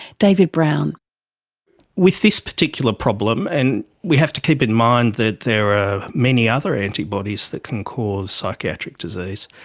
david brown with this particular problem, and we have to keep in mind that there are many other antibodies that can cause psychiatric disease,